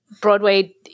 Broadway